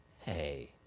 hey